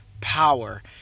power